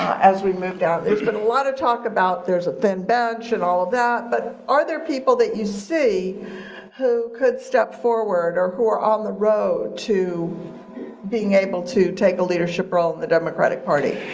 as we move down? there's been a lot of talk about there's a thin bench and all of that but are there people that you see who could step forward or who are on the road to being able to take a leadership role in the democratic party?